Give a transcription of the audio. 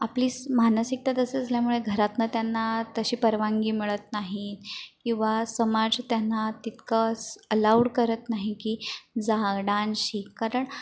आपलीच मानसिकता तशी असल्यामुळे घरातनं त्यांना तशी परवानगी मिळत नाही किंवा समाज त्यांना तितकंच अलाऊड करत नाही की जा डान्स शिक कारण